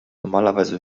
normalerweise